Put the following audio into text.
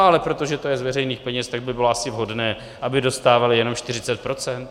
Ale protože to je z veřejných peněz, tak by bylo asi vhodné, aby dostávali jenom 40 procent?